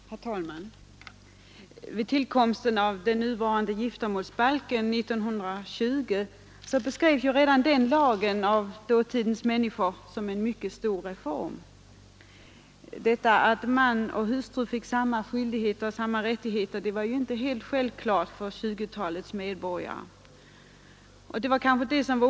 Herr talman! Vid tillkomsten av den nuvarande giftermålsbalken 1920 beskrevs den lagen av dåtidens människor som en mycket stor reform. Detta att man och hustru fick samma skyldigheter och rättigheter var inte helt självklart för 1920-talets medborgare.